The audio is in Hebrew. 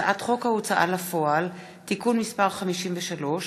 הצעת חוק ההוצאה לפועל (תיקון מס' 53)